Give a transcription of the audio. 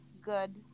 good